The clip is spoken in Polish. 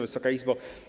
Wysoka Izbo!